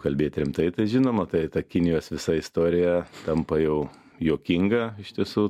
kalbėt rimtai tai žinoma tai ta kinijos visa istorija tampa jau juokinga iš tiesų